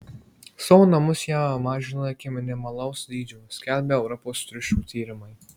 savo namus jie mažina iki minimalaus dydžio skelbia europos triušių tyrimai